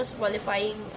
qualifying